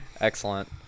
Excellent